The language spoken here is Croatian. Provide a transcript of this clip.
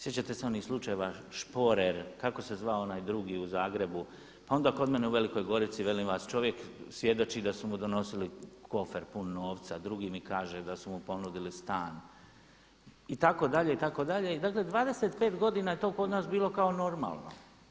Sjećate se onih slučajeva Šporer, kako se zvao onaj drugi u Zagrebu, pa onda kod mene u Velikoj Gorici, … čovjek svjedoči da su mu donosili kofer pun novca, drugi mi kaže da su mu ponudili stan itd., itd. dakle 25 godina je to kod nas bilo kao normalo.